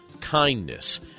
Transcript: kindness